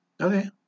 Okay